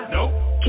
Nope